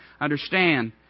understand